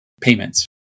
payments